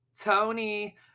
tony